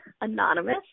Anonymous